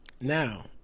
Now